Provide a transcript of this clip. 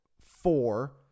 four